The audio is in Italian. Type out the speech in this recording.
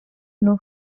non